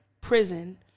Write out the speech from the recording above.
prison